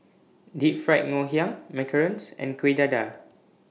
Deep Fried Nhiang Macarons and Kuih Dadar